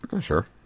Sure